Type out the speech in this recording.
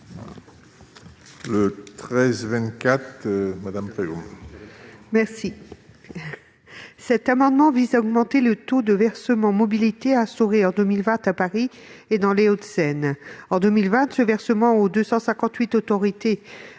à Mme Michelle Gréaume. Cet amendement vise à augmenter le taux du versement mobilité instauré en 2020 à Paris et dans les Hauts-de-Seine. En 2020, le versement aux 258 autorités